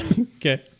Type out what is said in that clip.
Okay